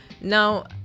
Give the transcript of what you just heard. Now